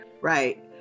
right